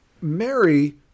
Mary